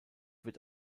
wird